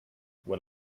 what